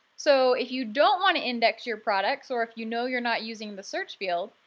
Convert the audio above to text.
so if you don't want to index your products, or if you know you're not using the search field,